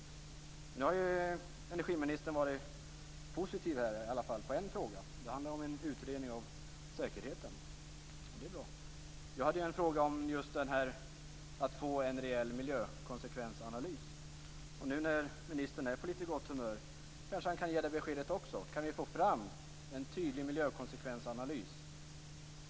Nu har energiministern varit positiv i alla fall i en fråga. Det handlar om en utredning av säkerheten. Det är bra. Jag hade en fråga om möjligheten att få en rejäl miljökonsekvensanalys. Nu när ministern är på litet gott humör kanske han kan ge det beskedet också. Kan vi från regeringen få fram en tydlig miljökonsekvensanalys?